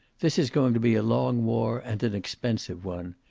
this is going to be a long war, and an expensive one.